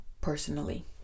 personally